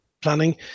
planning